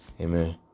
Amen